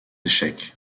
échec